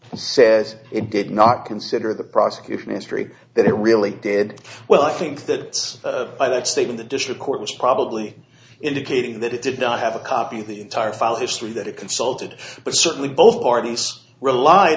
says it did not consider the prosecution history that it really did well i think that by that stage in the district court was probably indicating that it did not have a copy of the entire file history that it consulted but certainly both parties